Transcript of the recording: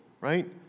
right